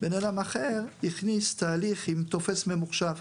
בן אדם אחר הכניס תהליך עם טופס ממוחשב,